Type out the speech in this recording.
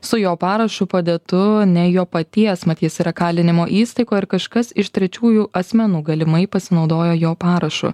su jo parašu padėtu ne jo paties mat jis yra kalinimo įstaigoj ir kažkas iš trečiųjų asmenų galimai pasinaudojo jo parašu